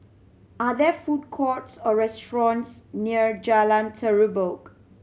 are there food courts or restaurants near Jalan Terubok